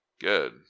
Good